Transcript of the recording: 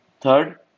Third